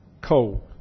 cold